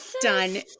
done